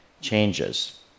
changes